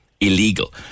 illegal